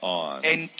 on